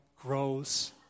grows